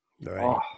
Right